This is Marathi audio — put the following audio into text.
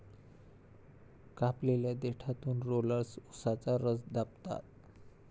कापलेल्या देठातून रोलर्स उसाचा रस दाबतात